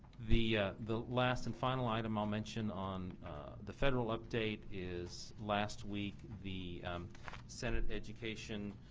the the last and final item i will mention on the federal update is last week the senate education